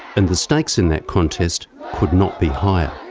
and the stakes in that contest, could not be higher.